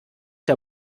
der